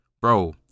bro